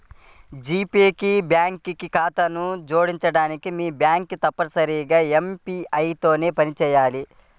G Pay కి bank ఖాతాను జోడించడానికి, మీ బ్యాంక్ తప్పనిసరిగా యూ.పీ.ఐ తో పనిచేయాలి